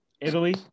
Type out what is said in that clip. italy